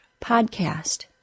podcast